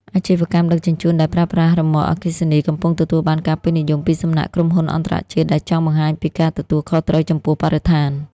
អាជីវកម្មដឹកជញ្ជូនដែលប្រើប្រាស់រ៉ឺម៉កអគ្គិសនី កំពុងទទួលបានការពេញនិយមពីសំណាក់ក្រុមហ៊ុនអន្តរជាតិដែលចង់បង្ហាញពីការទទួលខុសត្រូវចំពោះបរិស្ថាន។